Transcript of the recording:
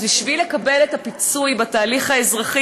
אז בשביל לקבל את הפיצוי בהליך האזרחי